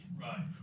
Right